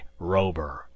Rober